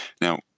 Now